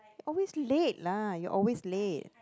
always late lah you're always late